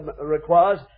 requires